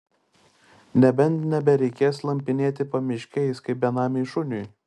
nebent nebereikės slampinėti pamiškiais kaip benamiui šuniui